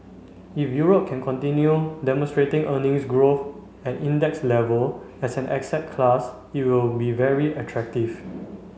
if Europe can continue demonstrating earnings growth at index level as an asset class it will be very attractive